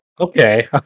Okay